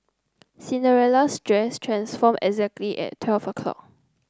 Cinderella's dress transformed exactly at twelve o'clock